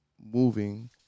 moving